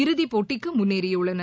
இறுதிப்போட்டிக்கு முன்னேறியுள்ளனர்